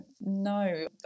no